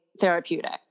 therapeutic